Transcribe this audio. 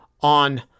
on